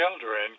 Children